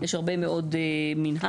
יש הרכבה מאוד מנהל.